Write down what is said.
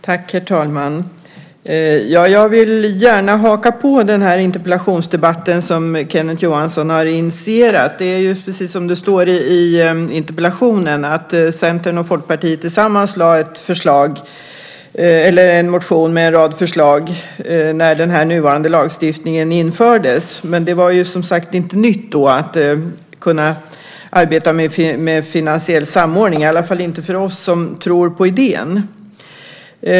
Herr talman! Jag vill gärna haka på den här interpellationsdebatten som Kenneth Johansson har initierat. Precis som det står i interpellationen väckte Centern och Folkpartiet tillsammans en motion med en rad förslag när den nuvarande lagstiftningen infördes. Men det var som sagt inte nytt då att kunna arbeta med finansiell samordning, i alla fall inte för oss som tror på idén.